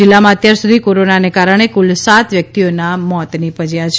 જીલ્લામાં અત્યારસુધી કોરોનાને કારણે ફલ સાત વ્યકિતઓના મોત નિપજયા છે